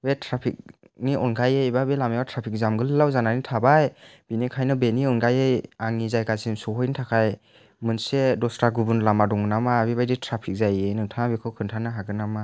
बे ट्राफिकनि अनगायै एबा बे लामायाव ट्राफिक जाम गोलाव जानानै थाबाय बेनिखायनो बेनि अनगायै आंनि जायगासिम सहैनो थाखाय मोनसे दस्रा गुबुन लामा दङ नामा बेबादि ट्रफिक जायै नोंथाङा बेखौ खोनथानो हागोन नामा